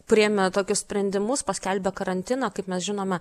priėmė tokius sprendimus paskelbė karantiną kaip mes žinome